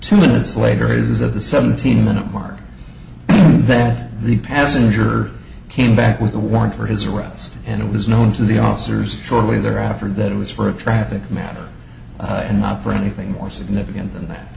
two minutes later is of the seventeen minute mark that the passenger came back with a warrant for his arrest and it was known to the officers shortly thereafter that it was for a traffic matter and not for anything more significant than that